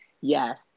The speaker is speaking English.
Yes